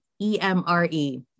E-M-R-E